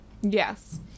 Yes